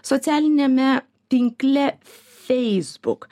socialiniame tinkle facebook